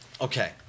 Okay